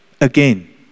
Again